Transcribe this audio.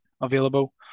available